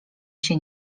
się